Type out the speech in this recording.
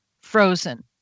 frozen